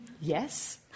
Yes